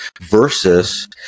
versus